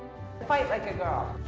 fight like a girl.